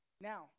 Now